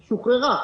היא שוחררה.